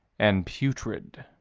and putrid.